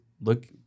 look